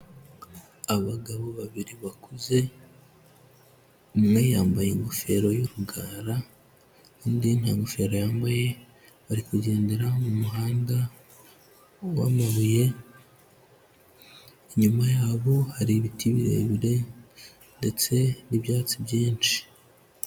Abagabo babiri bakuze, umwe yambaye ingofero y'urugara, undi nta ngofero yambaye, bari kugendera mu muhanda w'amabuye, inyuma yabo hari ibiti birebire ndetse n'ibyatsi byinshi.